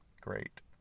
Great